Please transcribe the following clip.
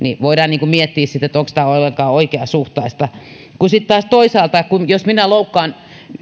voidaan miettiä sitten onko tämä ollenkaan oikeasuhtaista sitten taas toisaalta jos minä loukkaan